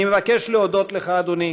אני מבקש להודות לך, אדוני,